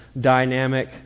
dynamic